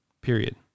period